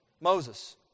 Moses